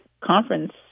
conference